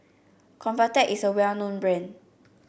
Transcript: Convatec is a well known brand